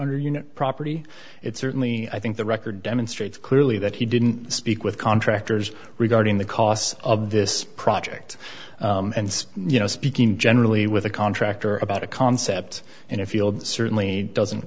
under you know property it certainly i think the record demonstrates clearly that he didn't speak with contractors regarding the costs of this project and you know speaking generally with a contractor about a concept in a field certainly doesn't